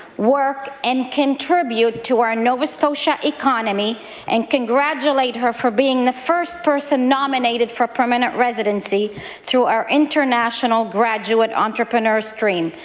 work, and contribute to our nova scotia economy and congratulate her for being the first person nominated for permanent residency through our international graduate entrepreneur stream.